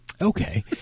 Okay